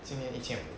今天一千五